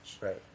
right